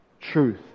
truth